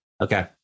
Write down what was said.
Okay